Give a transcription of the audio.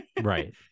Right